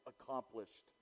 accomplished